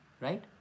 Right